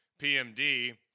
PMD